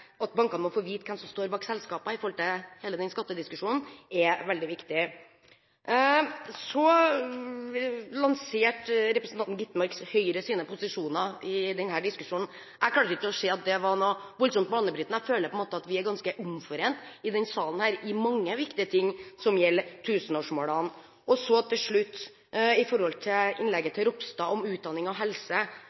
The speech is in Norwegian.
hele denne skattediskusjonen, er veldig viktig. Så lanserte representanten Skovholt Gitmark Høyres posisjoner i denne diskusjonen. Jeg kan ikke se at det var noe banebrytende. Jeg føler på en måte at vi er ganske omforent i denne salen i mange viktige ting som gjelder tusenårsmålene. Så til slutt til innlegget til representanten Ropstad om utdanning og helse.